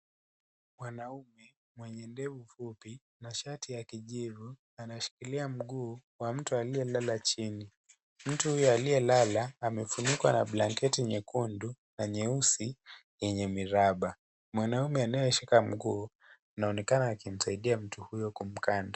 Mwanaume mwenye ndevu fupi na shati ya kijivu anashikilia mguu wa mtu aliyelala chini. Mtu huyu aliyelala amefunikwa na blanketi nyekundu na nyeusi yenye miraba mwanaume anayeshika mguu anaonekana akimsaidia mtu huyu kumkana.